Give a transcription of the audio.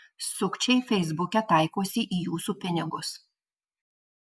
sukčiai feisbuke taikosi į jūsų pinigus